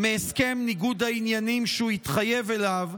מהסכם ניגוד העניינים שהוא התחייב אליו,